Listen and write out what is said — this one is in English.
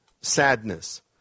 sadness